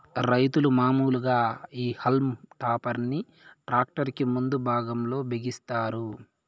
రైతులు మాములుగా ఈ హల్మ్ టాపర్ ని ట్రాక్టర్ కి ముందు భాగం లో బిగిస్తారు